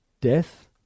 death